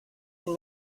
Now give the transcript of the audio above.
and